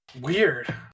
Weird